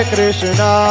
Krishna